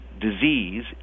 disease